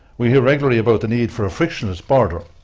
we hear regularly about the need for a friction-less border,